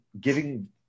giving